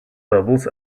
doubles